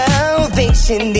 Salvation